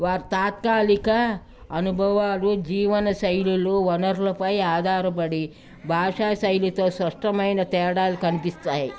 వారి తాత్కలిక అనుభవాలు జీవన శైలులు వనరులపై ఆధారపడి భాషా శైలితో స్పష్టమైన తేడాలు కనిపిస్తాయి